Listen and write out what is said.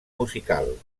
musical